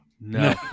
no